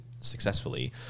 successfully